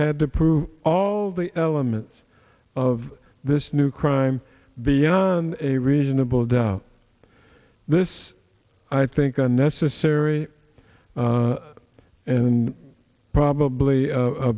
had to prove all the elements of this new crime beyond a reasonable doubt this i think unnecessary and probably a